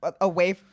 away